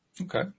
Okay